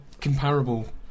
comparable